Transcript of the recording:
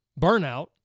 burnout